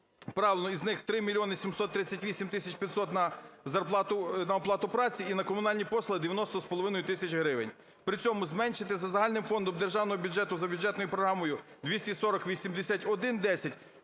направлено, із них 3 мільйони 738 тисяч 500 – на оплату праці і на комунальні послуги – дев'яносто з половиною тисяч гривень. При цьому зменшити за загальним фондом державного бюджету за бюджетною програмою 2408110